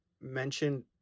mentioned